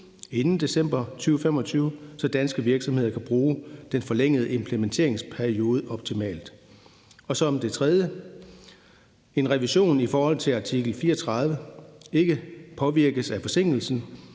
inden december 2025, så danske virksomheder kan bruge den forlængede implementeringsperiode optimalt. Og som det tredje vil vi opfordre til, at en revision i forhold til artikel 34 ikke påvirkes af forsinkelsen,